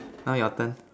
now your turn